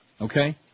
Okay